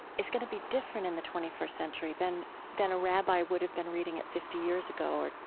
is going to be different in the twenty first century than than a rabbi would have been reading it fifty years ago or,